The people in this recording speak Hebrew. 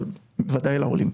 אבל וודאי לעולים.